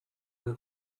این